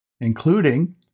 including